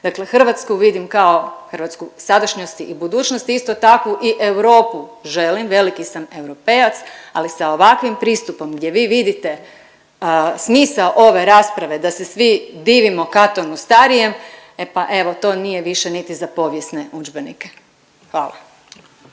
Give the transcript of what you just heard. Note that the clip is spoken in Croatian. Dakle, Hrvatsku vidim kao hrvatsku sadašnjosti i budućnosti, isto takvu i Europu želim, veliki sam Europejac ali sa ovakvim pristupom gdje vi vidite smisao ove rasprave da se svi divimo Katonu Starijem. E pa evo to nije više niti za povijesne udžbenike. Hvala.